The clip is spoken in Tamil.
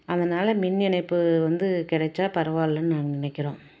அதனால மின் இணைப்பு வந்து கிடச்சா பரவாயில்லனு நாங்கள் நினைக்குறோம்